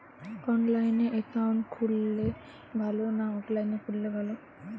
অনলাইনে একাউন্ট খুললে ভালো না অফলাইনে খুললে ভালো?